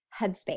Headspace